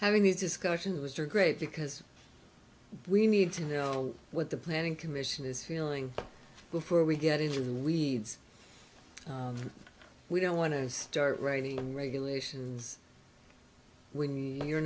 having these discussions which are great because we need to know what the planning commission is feeling before we get into the weeds we don't want to start writing regulations when you're